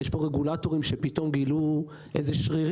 יש פה רגולטורים שפתאום גילו שרירים.